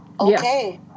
Okay